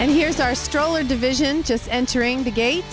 and here's our stroller division just entering the gate